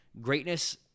Greatness